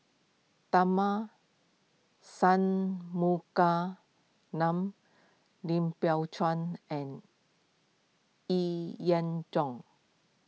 Tharman Lim Biow Chuan and Yee Jong